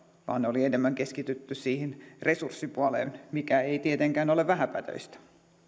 vaan oli enemmän keskitytty siihen resurssipuoleen mikä ei tietenkään ole vähäpätöistä